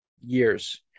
years